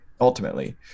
Ultimately